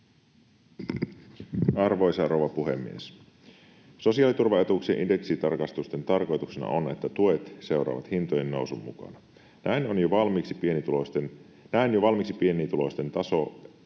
Arvoisa rouva puhemies! Sosiaaliturvaetuuksien indeksitarkistusten tarkoituksena on, että tuet seuraavat hintojen nousun mukana, näin jo valmiiksi pienituloisten elintaso